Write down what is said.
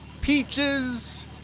peaches